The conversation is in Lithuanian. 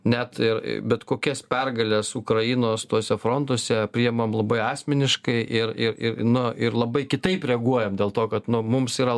net ir bet kokias pergales ukrainos tuose frontuose priimam labai asmeniškai ir ir ir nu ir labai kitaip reaguojam dėl to kad nu mums yra